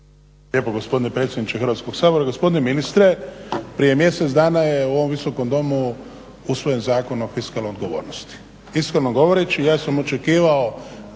lijepo gospodine predsjedniče Hrvatskog sabora. Gospodine ministre, prije mjesec dana je u ovom Visokom domu usvojen Zakon o fiskalnoj odgovornosti. Iskreno govoreći ja sam očekivao